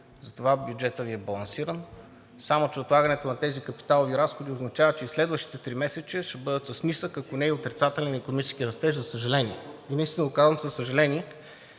затова бюджетът Ви е балансиран. Само че отлагането на тези капиталови разходи означава, че и следващите месеци ще бъдат с нисък, ако не и с отрицателен икономически растеж, за съжаление. И наистина го казвам със съжаление.